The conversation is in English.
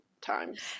times